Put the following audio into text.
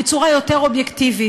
בצורה יותר אובייקטיבית